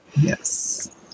yes